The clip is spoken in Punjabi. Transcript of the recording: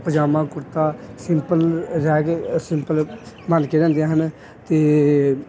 ਪਜਾਮਾ ਕੁੜਤਾ ਸਿੰਪਲ ਰਹਿਗੇ ਸਿੰਪਲ ਬਣ ਕੇ ਰਹਿੰਦੇ ਹਨ ਅਤੇ